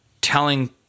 telling